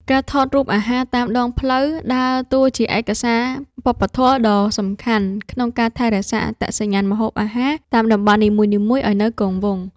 ការថតរូបអាហារតាមដងផ្លូវ ដើរតួជាឯកសារវប្បធម៌ដ៏សំខាន់ក្នុងការថែរក្សាអត្តសញ្ញាណម្ហូបអាហារតាមតំបន់នីមួយៗឱ្យនៅគង់វង្ស។